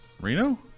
Reno